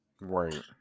Right